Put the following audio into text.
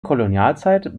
kolonialzeit